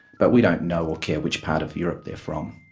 but we don't know or care which part of europe they're from,